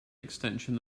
extension